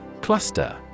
Cluster